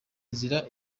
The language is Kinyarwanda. inzira